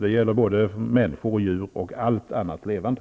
Det gäller människor, djur och allt annat levande.